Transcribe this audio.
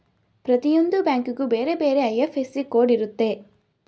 ಪ್ರತಿಯೊಂದು ಬ್ಯಾಂಕಿಗೂ ಬೇರೆ ಬೇರೆ ಐ.ಎಫ್.ಎಸ್.ಸಿ ಕೋಡ್ ಇರುತ್ತೆ